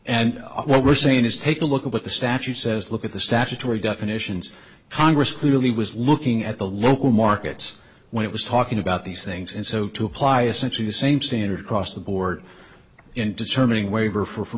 and what we're saying is take a look at what the statute says look at the statutory definitions congress clearly was looking at the local markets when it was talking about these things and so to apply essentially the same standard cross the board into terming waiver for